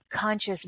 conscious